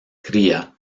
cría